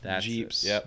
Jeeps